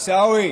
עיסאווי,